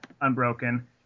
unbroken